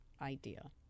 idea